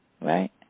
Right